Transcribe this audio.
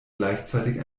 gleichzeitig